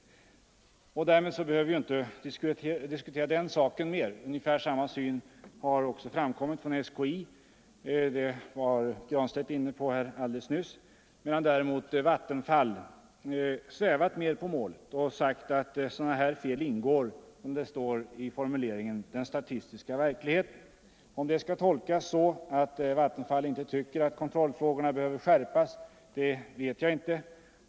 Därmed behöver vi inte diskutera den saken ytterligare. Ungefär samma svar har lämnats från SKI, medan däremot Vattenfall svävat mera på målet och menar att sådana fel som inträffat så att säga ingår i den ”statistiska verkligheten”. Om detta skall tolkas så att Vattenfall inte tycker att kontrollen behöver skärpas vet jag inte.